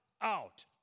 out